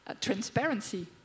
transparency